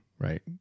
Right